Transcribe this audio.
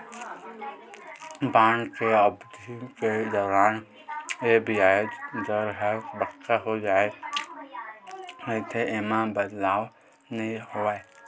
bond के अबधि के दौरान ये बियाज दर ह पक्का हो जाय रहिथे, ऐमा बदलाव नइ होवय